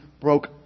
broke